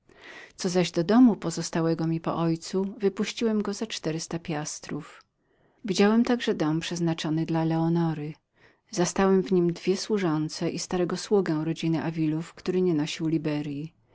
co zaś do domu pozostałego mi po moim ojcu ten wynająłem za czterysta piastrów widziałem także dom przeznaczony dla leonory zastałem w nim dwie służące i starego sługę rodziny davilów który nie nosił liberyi